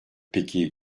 peki